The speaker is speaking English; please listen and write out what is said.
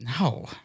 no